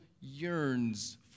yearns